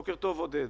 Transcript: "בוקר טוב עודד,